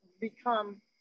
become